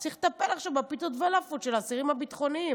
הוא צריך לטפל עכשיו בפיתות ובלאפות של האסירים הביטחוניים.